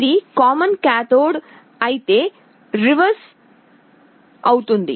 ఇది common cathode అయితే convention reverse అవుతుంది